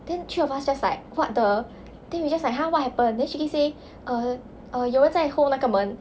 then three of us just like what the then we just like !huh! what happened then she keep say err 有人在 hold 那个门